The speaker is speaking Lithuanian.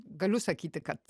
galiu sakyti kad